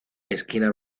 esquina